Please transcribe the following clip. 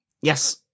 Yes